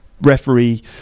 referee